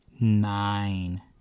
Nine